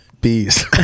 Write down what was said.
Bees